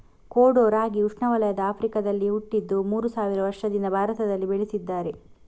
ಕೊಡೋ ರಾಗಿ ಉಷ್ಣವಲಯದ ಆಫ್ರಿಕಾದಲ್ಲಿ ಹುಟ್ಟಿದ್ದು ಮೂರು ಸಾವಿರ ವರ್ಷದಿಂದ ಭಾರತದಲ್ಲಿ ಬೆಳೀತಿದ್ದಾರೆ